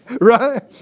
right